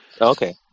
Okay